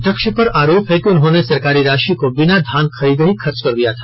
अध्यक्ष पर आरोप है कि उन्होंने सरकारी राशि को बिना धान खरीदे ही खर्च कर दिया था